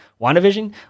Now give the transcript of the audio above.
WandaVision